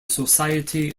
society